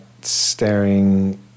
staring